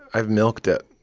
i've milked it